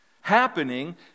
happening